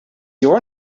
your